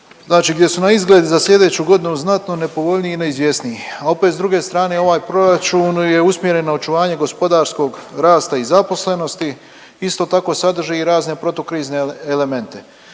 gdje su na izgled za sljedeću godinu znatno nepovoljniji i neizvjesniji. A opet s druge strane ovaj proračun je usmjeren na očuvanje gospodarskog rasta i zaposlenosti. Isto tako sadrži i razne protukrizne elemente.